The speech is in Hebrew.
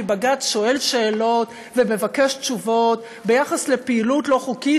כי בג"ץ שואל שאלות ומבקש תשובות ביחס לפעילות לא חוקית,